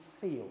feel